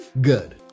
Good